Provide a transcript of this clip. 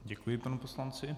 Děkuji panu poslanci.